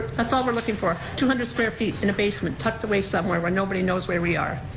that's all we're looking for, two hundred square feet in a basement tucked away somewhere where nobody knows where we are.